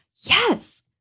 Yes